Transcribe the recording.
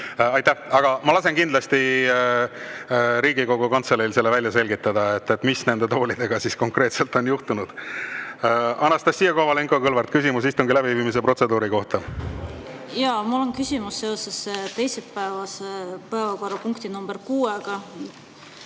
Aga ma lasen kindlasti Riigikogu Kantseleil välja selgitada, mis nende toolidega konkreetselt on juhtunud. Anastassia Kovalenko-Kõlvart, küsimus istungi läbiviimise protseduuri kohta. Jaa, mul on küsimus seoses teisipäevase päevakorrapunktiga nr 6,